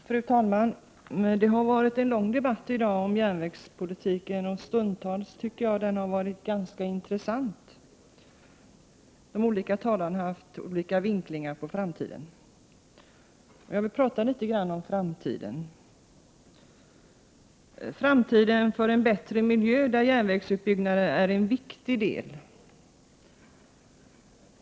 Fru talman! Det har varit en lång debatt i dag om järnvägspolitiken. Jag tycker att den stundtals har varit ganska intressant. De olika talarna har haft olika vinklingar på framtiden. Jag vill prata litet grand om framtiden, framtiden för en bättre miljö, där järnvägsutbyggnaden är en viktig del.